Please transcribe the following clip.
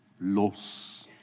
loss